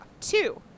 Two